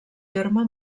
terme